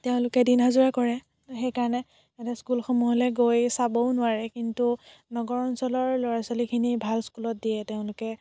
তেওঁলোকে দিন হাজিৰা কৰে সেইকাৰণে হেতে স্কুলসমূহলৈ গৈ চাবও নোৱাৰে কিন্তু নগৰ অঞ্চলৰ ল'ৰা ছোৱালীখিনি ভাল স্কুলত দিয়ে তেওঁলোকে